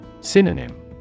Synonym